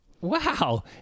Wow